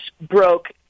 broke